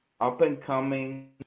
up-and-coming